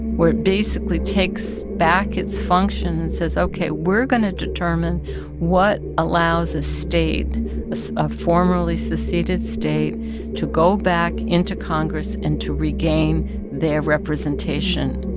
where it basically takes back its function and says, ok, we're going to determine what allows a state a formerly seceded state to go back into congress and to regain their representation.